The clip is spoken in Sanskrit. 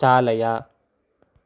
चालय